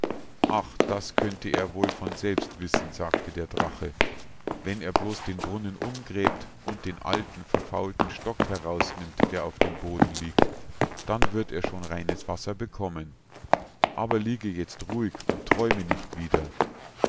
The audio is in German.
ach das könnte er wohl von selbst wissen sagte der drache wenn er bloß den brunnen umgräbt und den alten verfaulten stock herausnimmt der auf dem boden liegt dann wird er schon reines wasser bekommen aber liege jetzt ruhig und träume nicht wieder